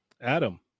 Adam